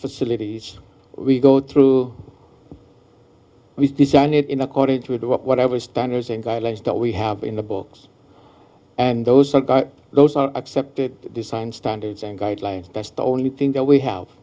facilities we go through we design it in accordance with whatever standards and guidelines that we have in the books and those those are accepted design standards and guidelines that's the only thing that we have